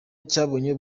cyabonye